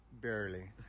Barely